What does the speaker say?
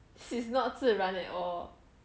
this is not 自然 at all